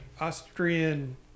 Austrian